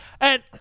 And-